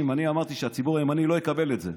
אמרתי שהציבור הימני לא יקבל את זה,